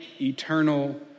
eternal